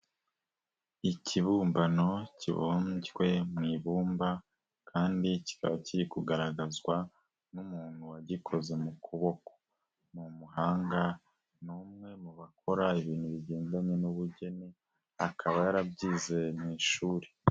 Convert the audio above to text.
Ikibumbano kibumzwe mu ibumba kandi kikaba kiri kugaragazwa n'umuntu wagikoze mu kuboko, ni umuhanga ni umwe mu bakora ibintu bigendanye n'ubugeni akaba yarabyize mu ishuri.